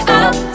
up